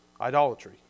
Idolatry